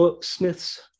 Smith's